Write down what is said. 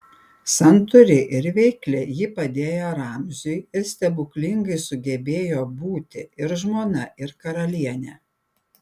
santūri ir veikli ji padėjo ramziui ir stebuklingai sugebėjo būti ir žmona ir karalienė